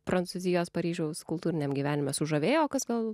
prancūzijos paryžiaus kultūriniam gyvenime sužavėjo o kas gal